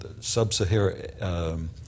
sub-Saharan